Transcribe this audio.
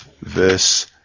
verse